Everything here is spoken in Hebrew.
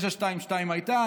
922 הייתה,